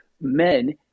men –